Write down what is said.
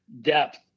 depth